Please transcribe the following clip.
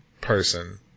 person